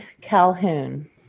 Calhoun